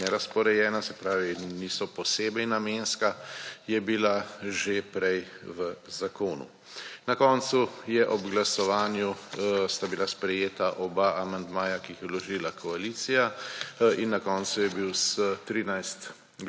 nerazporejena, se pravi, niso posebej namenska, je bila že prej v zakonu. Na koncu je ob glasovanju, sta bila sprejeta oba amandmaja, ki jih je vložila koalicija in na koncu je bil s 13